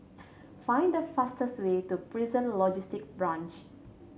find the fastest way to Prison Logistic Branch